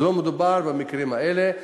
אז לא מדובר במקרים האלה,